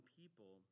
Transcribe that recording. people